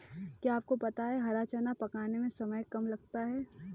क्या आपको पता है हरा चना पकाने में समय कम लगता है?